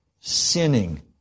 sinning